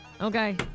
Okay